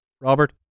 Robert